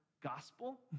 gospel